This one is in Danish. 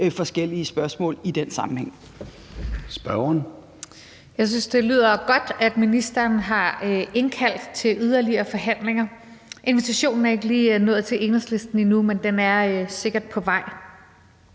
Gade): Spørgeren. Kl. 13:17 Rosa Lund (EL): Jeg synes, det lyder godt, at ministeren har indkaldt til yderligere forhandlinger. Invitationen er ikke lige nået til Enhedslisten endnu, men den er sikkert på vej.